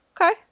Okay